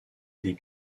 des